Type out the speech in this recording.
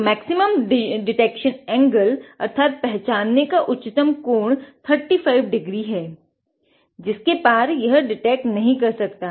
तो 35 डिग्री पहचानने का उच्चतम कोण है जिसके पार यह डिटेक्ट नही कर सकता